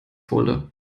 folder